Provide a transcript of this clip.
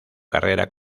carrera